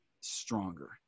stronger